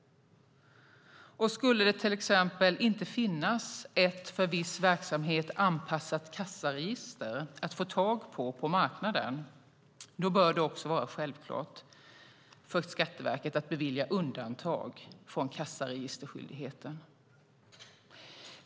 Och skulle det till exempel inte finnas ett för viss verksamhet anpassat kassaregister att få tag på, på marknaden, bör det också vara självklart för Skatteverket att bevilja undantag från kassaregisterskyldigheten.